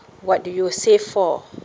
what do you save for